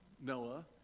Noah